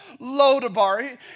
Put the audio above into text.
Lodabar